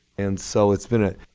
and so it's been a